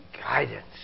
guidance